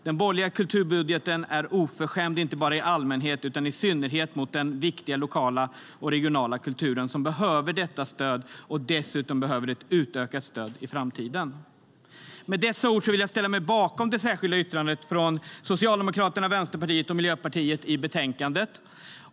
Den borgerliga kulturbudgeten är oförskämd inte bara i allmänhet utan i synnerhet mot den viktiga lokala och regionala kulturen, som behöver detta stöd och dessutom behöver ett utökat stöd i framtiden. Med dessa ord vill jag ställa mig bakom det särskilda yttrandet från Socialdemokraterna, Vänsterpartiet och Miljöpartiet i betänkandet.